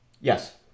Yes